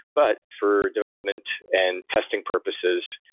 but for development and testing purposes,